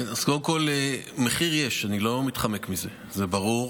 קודם כול, מחיר יש, אני לא מתחמק מזה, זה ברור.